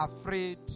afraid